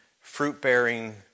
fruit-bearing